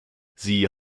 sie